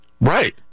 Right